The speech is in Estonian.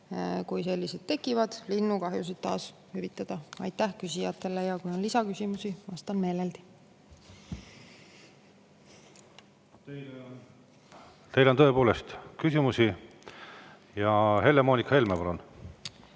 kui need tekivad, linnukahjusid taas hüvitada. Aitäh küsijatele! Kui on lisaküsimusi, vastan meeleldi. Teile on tõepoolest küsimusi. Helle-Moonika Helme, palun!